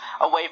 away